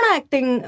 acting